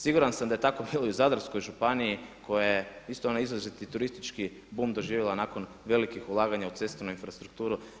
Siguran sam da je tako bilo i u Zadarskoj županiji koja je isto onaj izraziti turistički bum doživjela nakon velikih ulaganja u cestovnu infrastrukturu.